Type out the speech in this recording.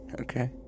Okay